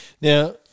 Now